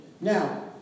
Now